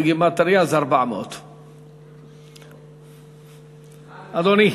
בגימטריה זה 400. אדוני.